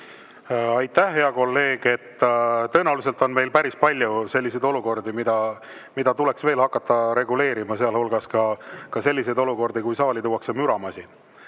Aitäh, hea kolleeg! Tõenäoliselt on meil päris palju selliseid olukordi, mida tuleks veel hakata reguleerima, sealhulgas ka selliseid olukordi, kui saali tuuakse müramasin.